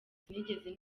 sinigeze